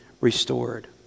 restored